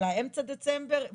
אולי אמצע דצמבר,